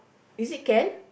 is it can